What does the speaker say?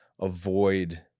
avoid